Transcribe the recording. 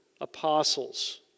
apostles